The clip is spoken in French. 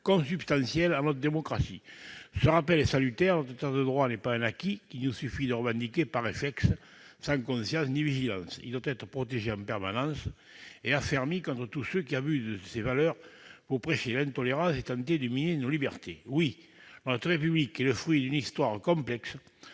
consubstantielles à notre démocratie. Ce rappel est salutaire : notre État de droit n'est pas un acquis qu'il nous suffit de revendiquer par réflexe, sans conscience ni vigilance. Il doit être protégé en permanence et affermi contre tous ceux qui abusent de ses valeurs pour prêcher l'intolérance et tenter de miner nos libertés. Oui, notre République est le fruit d'une histoire complexe,